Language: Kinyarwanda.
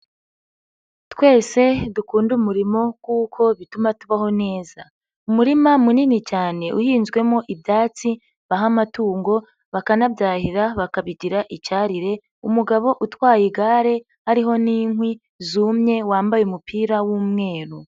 Twese dukundade umurimo kuko bituma tubaho neza. Umurima munini cyane, uhinzwemo ibyatsi, baha amatungo, bakanabyahira bakabigira icyarire, umugabo utwaye igare, hariho n'inkwi zumye, wambaye umupira w'umweru.